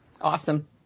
awesome